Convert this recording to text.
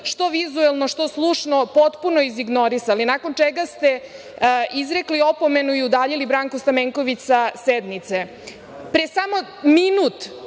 što vizuelno, što slušno, potpuno izignorisali, nakon čega ste izrekli opomenu i udaljili Branku Stamenković sa sednice. Pre samo minut